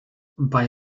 bei